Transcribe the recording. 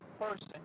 person